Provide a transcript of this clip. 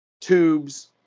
tubes